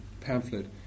pamphlet